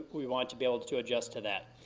we want to be able to adjust to that.